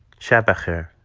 shab bekheir